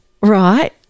right